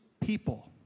people